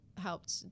helped